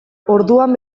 orduan